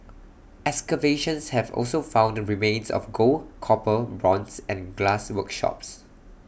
excavations have also found remains of gold copper bronze and glass workshops